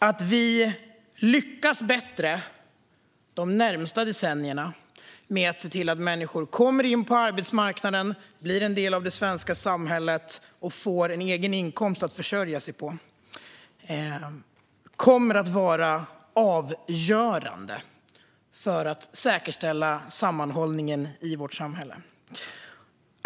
Att vi lyckas bättre de närmaste decennierna med att se till att människor kommer in på arbetsmarknaden, blir en del av det svenska samhället och får en egen inkomst att försörja sig på kommer att vara avgörande för att säkerställa sammanhållningen i vårt samhälle.